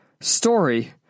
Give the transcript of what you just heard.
story